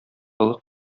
олы